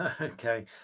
Okay